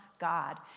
God